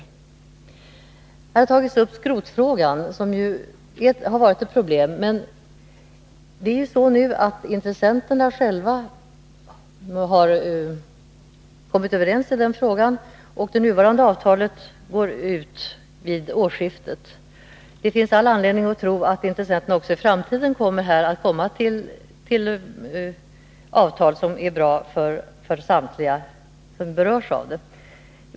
Man har här tagit upp skrotfrågan, som har varit ett problem. Men intressenterna själva har nu kommit överens i den frågan, och det nuvarande avtalet går ut vid årsskiftet. Det finns all anledning att tro att intressenterna också i framtiden skall kunna komma fram till avtal som är bra för samtliga som berörs av det.